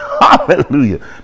Hallelujah